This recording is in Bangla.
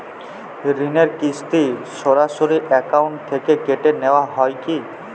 ঋণের কিস্তি সরাসরি অ্যাকাউন্ট থেকে কেটে নেওয়া হয় কি?